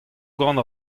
gant